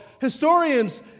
historians